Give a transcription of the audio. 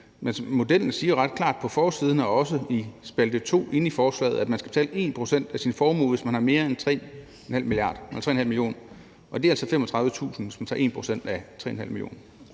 modellen står beskrevet ret klart på side 1 og også i spalte 2 på side 2, nemlig at man skal betale 1 pct. af sin formue, hvis man har mere end 3,5 mio. kr., og det er altså 35.000 kr., hvis man tager 1 pct. af 3,5 mio.